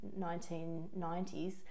1990s